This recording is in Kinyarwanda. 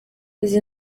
izi